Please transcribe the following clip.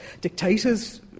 dictators